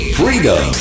freedom